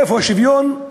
איפה השוויון?